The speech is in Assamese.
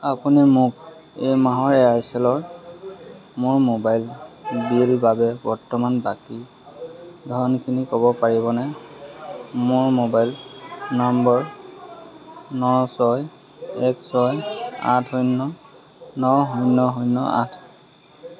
আপুনি মোক এই মাহৰ এয়াৰচেলৰ মোৰ মোবাইল বিল বাবে বৰ্তমান বাকী ধনখিনি ক'ব পাৰিবনে মোৰ মোবাইল নম্বৰ ন ছয় এক ছয় আঠ শূন্য ন শূন্য শূন্য আঠ